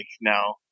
now